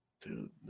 Dude